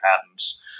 patents